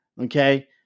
okay